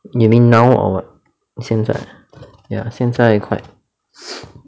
you mean now or what 现在 ya 现在 quite